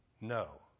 No